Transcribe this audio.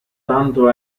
tanto